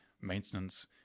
maintenance